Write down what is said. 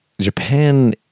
Japan